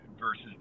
versus